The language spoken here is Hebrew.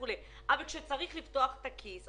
כשצריך לפתוח את הכיס,